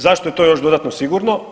Zašto je to još dodatno sigurno?